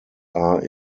are